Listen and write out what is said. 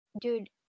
dude